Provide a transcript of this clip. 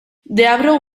deabru